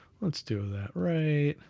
let's do that right.